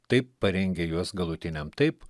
taip parengia juos galutiniam taip